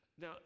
Now